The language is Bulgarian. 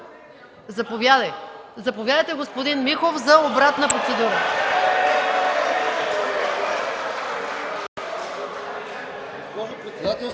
Заповядайте, господин Михов, за обратно процедурно